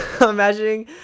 imagining